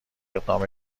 اقدام